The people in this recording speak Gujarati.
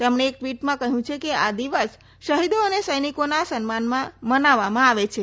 તેમણે એક ટવીટમાં કહયું કે આ દિવસ શહીદો અને સૈનિકોના સન્માનમાં મનાવવામાં આવે છે